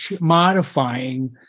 modifying